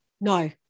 no